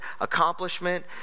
accomplishment